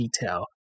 detail